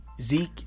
Zeke